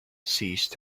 ceased